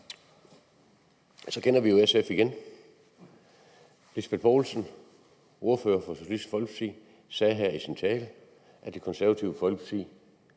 Så kender vi jo SF igen. Fru Lisbeth Bech Poulsen, ordfører for Socialistisk Folkeparti, sagde her i sin tale, at Det Konservative Folkeparti